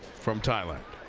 from thailand.